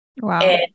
Wow